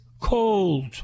cold